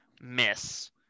miss